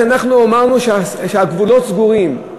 כשאמרנו שהגבולות סגורים,